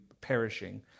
perishing